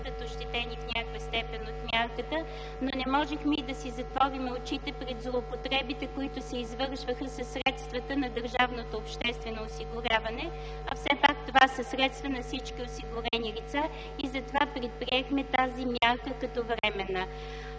бъдат ощетени в някаква степен от мярката, но не можехме и да си затворим очите пред злоупотребите, които се извършваха със средствата на държавното обществено осигуряване, а все пак това са средства на всички осигурени лица и затова предприехме тази мярка като временна.